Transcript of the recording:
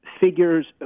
figures